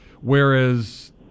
whereas